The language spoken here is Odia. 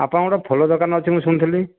ଆପଣଙ୍କର ଗୋଟେ ଫୁଲ ଦୋକାନ ଅଛି ମୁଁ ଶୁଣିଥିଲି